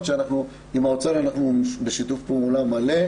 שעם האוצר אנחנו בשיתוף פעולה מלא.